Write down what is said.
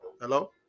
Hello